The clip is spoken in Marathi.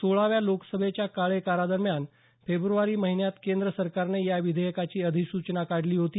सोळाव्या लोकसभेच्या कार्यकाळादरम्यान फेब्रुवारी महिन्यात केंद्र सरकारनं या विधेयकाची अधिसूचना काढली होती